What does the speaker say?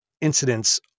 incidents